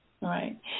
Right